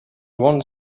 one